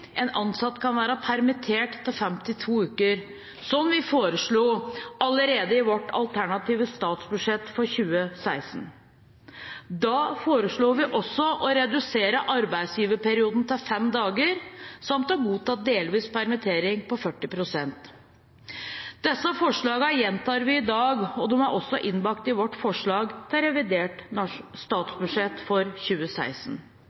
en ansatt kan være permittert, til 52 uker, som vi foreslo allerede i vårt alternative statsbudsjett for 2016. Da foreslo vi også å redusere arbeidsgiverperioden til fem dager samt å godta delvis permittering på 40 pst. Disse forslagene gjentar vi i dag, og de er også innbakt i vårt forslag til revidert statsbudsjett for 2016.